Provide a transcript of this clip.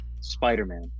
Spider-Man